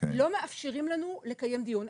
לא מאפשרים לנו לקיים דיון.